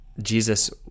Jesus